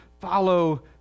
follow